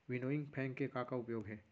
Winnowing fan के का का उपयोग हे?